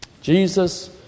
Jesus